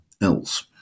else